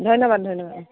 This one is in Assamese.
ধন্যবাদ ধন্যবাদ